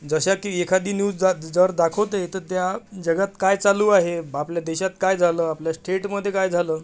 जशा की एखादी न्यूज जर जर दाखवते तर त्या जगात काय चालू आहे आपल्या देशात काय झालं आपल्या स्टेटमध्ये काय झालं